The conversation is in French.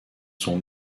sont